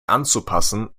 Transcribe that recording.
anzupassen